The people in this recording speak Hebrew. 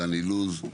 דן אילוז,